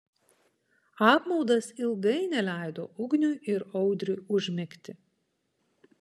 apmaudas ilgai neleido ugniui ir audriui užmigti